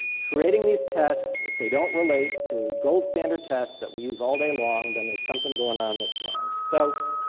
creating these tests if they don't relate to gold standard tests that we use all day long, then there's something going on that's wrong. so